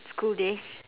school days